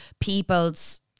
people's